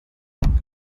bwe